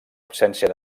absència